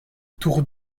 tour